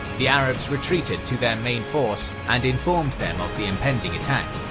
the arabs retreated to their main force and informed them of the impending attack.